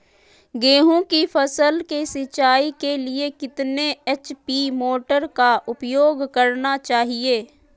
गेंहू की फसल के सिंचाई के लिए कितने एच.पी मोटर का उपयोग करना चाहिए?